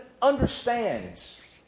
understands